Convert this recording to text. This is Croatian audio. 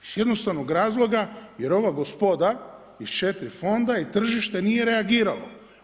Iz jednostavnog razloga jer ova gospoda iz 4 fonda i tržište nije reagiralo.